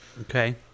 Okay